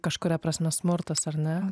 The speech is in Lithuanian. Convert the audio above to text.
kažkuria prasme smurtas ar ne